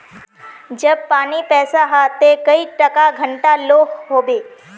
जब पानी पैसा हाँ ते कई टका घंटा लो होबे?